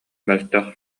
мөлтөх